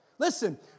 Listen